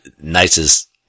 nicest